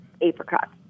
apricot